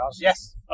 Yes